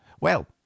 Well